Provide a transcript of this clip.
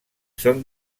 són